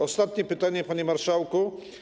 Ostatnie pytanie, panie marszałku.